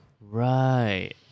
Right